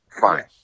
Fine